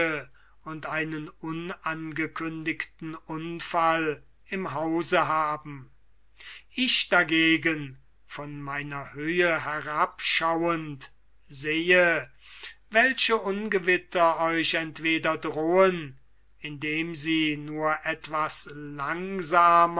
und einen unangekündigten unfall im hause haben ich dagegen von meiner höhe herabschauend sehe welche ungewitter euch entweder drohen indem sie nur etwas langsamer